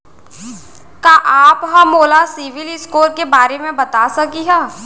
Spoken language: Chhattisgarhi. का आप हा मोला सिविल स्कोर के बारे मा बता सकिहा?